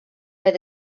oedd